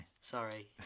Sorry